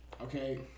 Okay